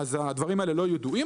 אז הדברים האלה לא ידועים.